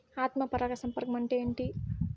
ఆత్మ పరాగ సంపర్కం అంటే ఏంటి?